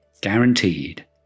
guaranteed